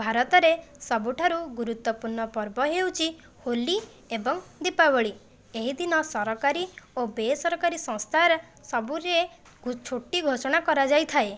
ଭାରତରେ ସବୁଠାରୁ ଗୁରୁତ୍ୱପୂର୍ଣ ପର୍ବ ହେଉଛି ହୋଲି ଏବଂ ଦୀପାବଳି ଏହି ଦିନ ସରକାରୀ ଓ ବେସରକାରୀ ସଂସ୍ଥାର ସବୁରେ ଛୁଟି ଘୋଷଣା କରାଯାଇଥାଏ